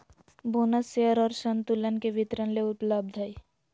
bonus share और संतुलन के वितरण ले उपलब्ध हइ